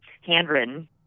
handwritten